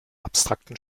abstrakten